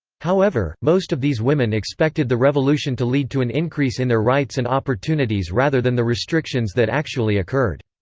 however, most of these women expected the revolution to lead to an increase in their rights and opportunities rather than the restrictions that actually occurred.